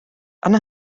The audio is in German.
anna